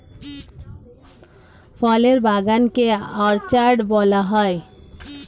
ফলের বাগান কে অর্চার্ড বলা হয়